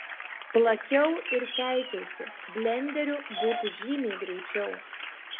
plakiau ir keikiausi blenderiu būtų žymiai greičiau